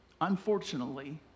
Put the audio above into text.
unfortunately